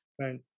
Right